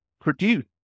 produce